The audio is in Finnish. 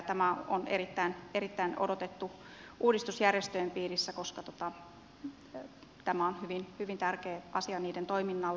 tämä on erittäin odotettu uudistus järjestöjen piirissä koska tämä on hyvin tärkeä asia niiden toiminnalle